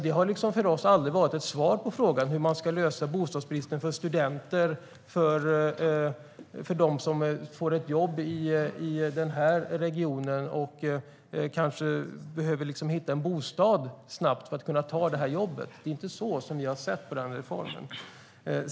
Det har för oss aldrig varit ett svar på frågan hur man ska komma till rätta med bostadsbristen för studenter och för dem som får ett jobb i den här regionen och kanske behöver hitta en bostad snabbt för att kunna ta det jobbet. Det är inte så som vi har sett på den reformen.